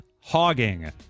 hogging